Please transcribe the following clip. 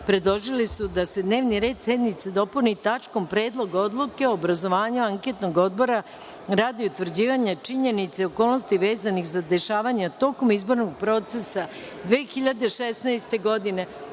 predložili su da se dnevni red sednice dopuni tačkom – Predlog odluke o obrazovanju anketnog odbora radi utvrđivanja činjenica i okolnosti vezanih za dešavanja tokom izbornog procesa 2016. godine,